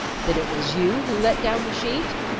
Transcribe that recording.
then it was you who let down the sheet?